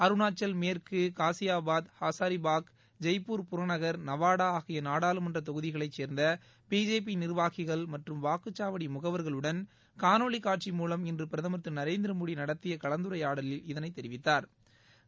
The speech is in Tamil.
அருணாச்சல் மேற்கு காஸியாபாத் ஹசாரிபாக் ஜெய்ப்பூர் புறநகர் நவாடா ஆகிய நாடாளுமன்ற தொகுதிகளைச் சேர்ந்த பிஜேபி நிர்வாகிகள் மற்றும் வாக்குச்சாவடி முகவர்களுடன் காணொலிக்கட்சி மூலம் இன்று பிரதமர் திரு நரேந்திர மோடி நடத்திய கலந்துரையாடலில் இதனைத் தெரிவித்தாா்